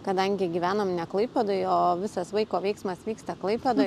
kadangi gyvenom ne klaipėdoj o visas vaiko veiksmas vyksta klaipėdoj